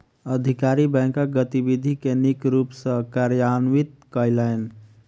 अधिकारी बैंकक गतिविधि के नीक रूप सॅ कार्यान्वित कयलैन